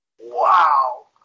wow